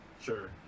sure